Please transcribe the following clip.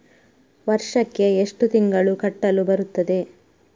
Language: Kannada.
ವರ್ಷಕ್ಕೆ ಎಷ್ಟು ತಿಂಗಳು ಕಟ್ಟಲು ಬರುತ್ತದೆ?